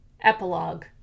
Epilogue